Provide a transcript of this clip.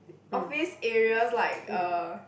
office areas like uh